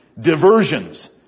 Diversions